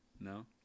No